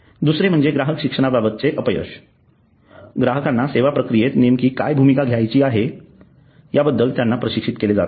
दुसरे म्हणजे ग्राहक शिक्षणा बाबतचे अपयश ग्राहकांना सेवा प्रक्रियेत नेमकी काय भूमिका घ्यायची आहे या बाबत त्यांना प्रशिक्षित केले जात नाही